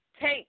take